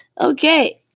Okay